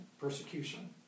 persecution